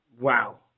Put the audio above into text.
Wow